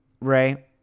Ray